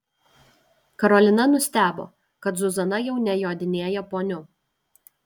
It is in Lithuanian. karolina nustebo kad zuzana jau nejodinėja poniu